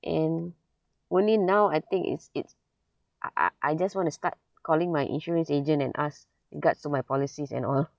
and only now I think it's it's I I I just want to start calling my insurance agent and ask regards to my policies and all